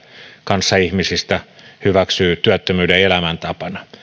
kanssaihmisistä hyväksyy työttömyyden elämäntapana